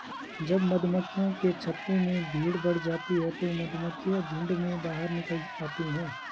जब मधुमक्खियों के छत्ते में भीड़ बढ़ जाती है तो मधुमक्खियां झुंड में बाहर निकल आती हैं